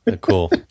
Cool